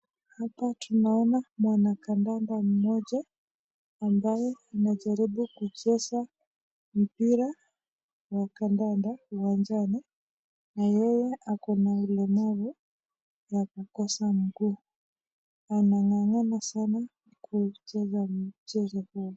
Naona mwanakandanda mmoja ambaye anajaribu kucheza mpira wa kandanda uwanjani na yeye ako na ulemavu wa kukosa mguu. Anang'ang'ana sana kucheza mchezo huo.